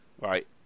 Right